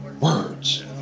words